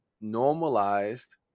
normalized